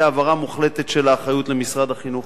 העברה מוחלטת של האחריות למשרד החינוך.